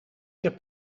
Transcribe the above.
heb